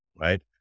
right